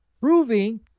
proving